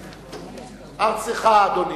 ארצך, אדוני,